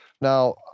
Now